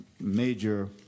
major